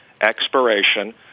expiration